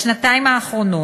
בשנתיים האחרונות,